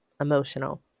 emotional